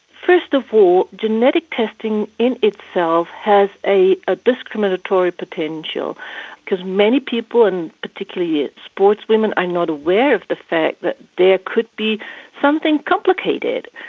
first of all, genetic testing in itself has ah discriminatory potential because many people, and particularly sportswomen, are not aware of the fact that there could be something complicated.